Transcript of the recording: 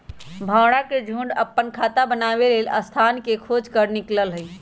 भौरा के झुण्ड अप्पन खोता बनाबे लेल स्थान के खोज पर निकलल हइ